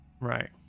Right